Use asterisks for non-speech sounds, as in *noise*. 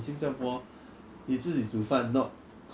*laughs* 大家都要赢钱的